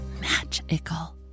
magical